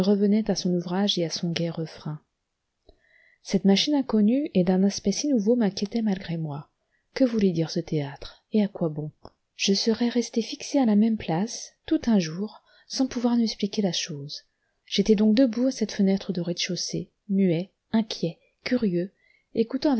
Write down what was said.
revenait à son ouvrage et à son gai refrain cette machine inconnue et d'un aspect si nouveau m'inquiétait malgré moi que voulait dire ce théâtre et à quoi bon je serais resté fixé à la même place tout un jour sans pouvoir m'expliquer la chose j'étais donc debout à cette fenêtre de rez-de-chaussée muet inquiet curieux écoutant